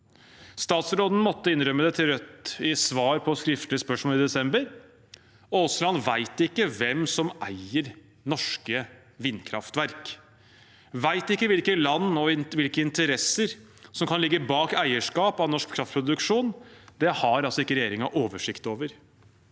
Statsråd Aasland måtte innrømme til Rødt i svar på et skriftlig spørsmål i desember at han ikke vet hvem som eier norske vindkraftverk. Han vet ikke hvilke land og hvilke interesser som kan ligge bak eierskap av norsk kraftproduksjon. Det har altså ikke regjeringen oversikt over.